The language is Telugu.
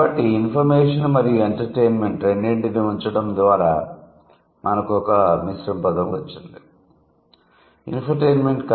కాబట్టి ఇన్ఫర్మేషన్ మరియు ఎంటర్టెయిన్మెంట్ రెండింటినీ ఉంచడం ద్వారా మనకు ఒక మిశ్రమ పదం వచ్చింది ఇన్ఫోటైన్మెంట్